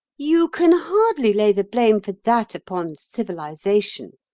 you can hardly lay the blame for that upon civilisation,